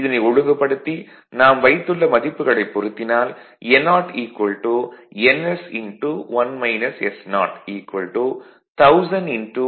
இதனை ஒழுங்குபடுத்தி நாம் வைத்துள்ள மதிப்புகளைப் பொருத்தினால் n0ns 10001 0